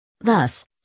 Thus